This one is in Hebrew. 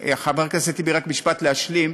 חבר הכנסת טיבי, רק משפט להשלים: